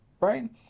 right